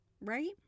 right